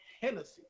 Hennessy